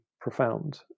profound